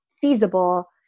feasible